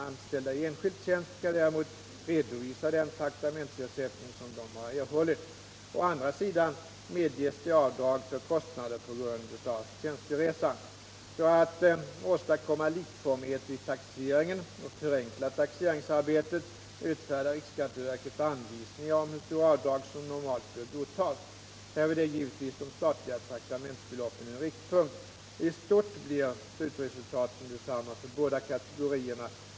Anställda i enskild tjänst skall däremot redovisa den traktamentsersättning som de har erhållit. Å andra sidan medges det avdrag för kostnader på grund av tjänsteresan. För att åstadkomma likformighet vid taxeringen och förenkla taxeringsarbetet utfärdar riksskatteverket anvisningar om hur stora avdrag som normalt bör godtas. Härvid är givetvis de statliga traktamentsbeloppen en riktpunkt. I stort blir slutresultatet detsamma för båda kategorierna.